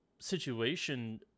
situation